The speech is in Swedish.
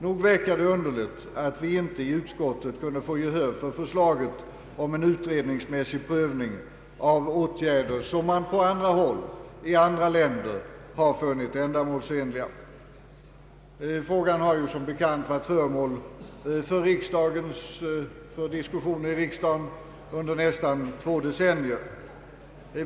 Nog verkar det underligt att vi i utskottet inte kunde vinna gehör för förslaget om en utredningsmässig prövning av åtgärder som man på andra håll och i andra länder har funnit ändamålsenliga. Frågan har som bekant varit föremål för diskussion i riksdagen under nästan två decennier.